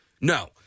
No